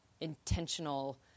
intentional